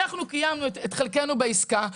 אנחנו קיימנו את חלקנו בעסקה,